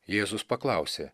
jėzus paklausė